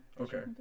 okay